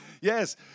Yes